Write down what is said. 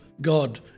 God